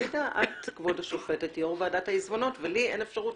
את כבוד השופטת יו"ר ועדת העיזבונות ולי אין אפשרות